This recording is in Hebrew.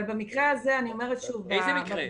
אבל במקרה הזה --- איזה מקרה?